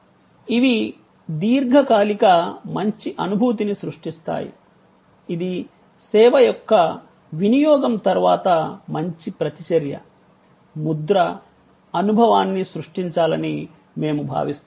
ఇవి దీర్ఘకాలిక మంచి అనుభూతిని సృష్టిస్తాయి ఇది సేవ యొక్క వినియోగం తర్వాత మంచి ప్రతిచర్య ముద్ర అనుభవాన్ని సృష్టించాలని మేము భావిస్తున్నాము